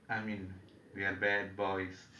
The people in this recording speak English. I mean we are bad boys